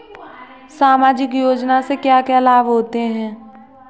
सामाजिक योजना से क्या क्या लाभ होते हैं?